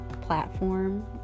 platform